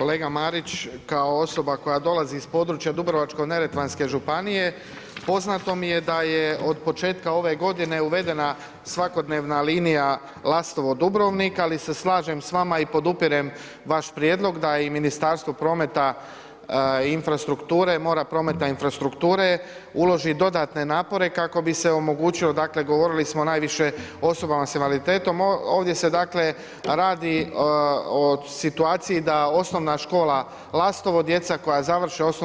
Kolega Marić, kao osoba koja dolazi iz područja Dubrovačko-neretvanske županije, poznato mi je da je od početka ove godine uvedena svakodnevna linija Lastovo-Dubrovnik, ali se slažem s vama i podupirem vaš prijedlog da i Ministarstvo mora, prometa i infrastrukture uloži dodatne napore kako bi se omogućio dakle govorilo smo najviše o osobama sa invaliditetom, ovdje se dakle radi o situaciji da OS Lastovo, djeca koja završe OS